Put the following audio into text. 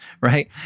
right